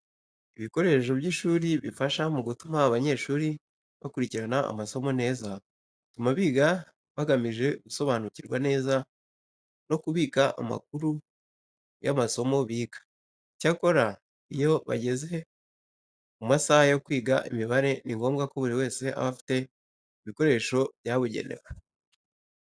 Ibikoresho by'ishuri bifasha mu gutuma abanyeshuri bakurikirana amasomo neza, bituma biga bagamije gusobanukirwa neza no kubika amakuru y'amasomo biga. Icyakora, iyo bageze mu masaha yo kwiga imibare ni ngombwa ko buri wese aba afite ibikoresho byabugenewe.